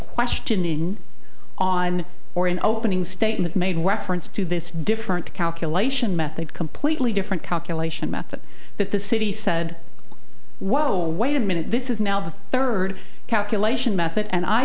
questioning on or in opening statement made reference to this different calculation method completely different calculation method but the city said whoa wait a minute this is now the third calculation method and i